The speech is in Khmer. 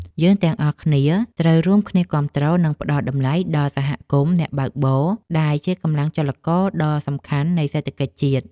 យើងទាំងអស់គ្នាត្រូវរួមគ្នាគាំទ្រ និងផ្ដល់តម្លៃដល់សហគមន៍អ្នកបើកបរដែលជាកម្លាំងចលករដ៏សំខាន់នៃសេដ្ឋកិច្ចជាតិ។